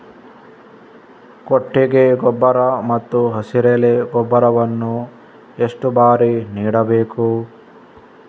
ಕೊಟ್ಟಿಗೆ ಗೊಬ್ಬರ ಮತ್ತು ಹಸಿರೆಲೆ ಗೊಬ್ಬರವನ್ನು ಎಷ್ಟು ಬಾರಿ ನೀಡಬೇಕು?